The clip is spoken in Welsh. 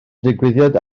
digwyddiad